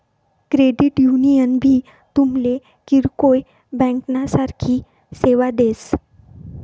credit union भी तुमले किरकोय ब्यांकना सारखी सेवा देस